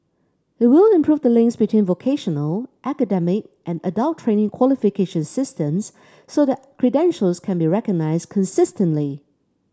it will improve the links between vocational academic and adult training qualification systems so that credentials can be recognised consistently